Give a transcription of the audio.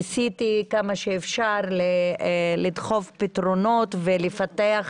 ניסיתי כמה שאפשר לדחוף פתרונות ולפתח שירותים,